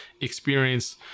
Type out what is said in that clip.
experience